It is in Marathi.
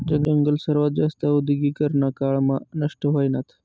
जंगल सर्वात जास्त औद्योगीकरना काळ मा नष्ट व्हयनात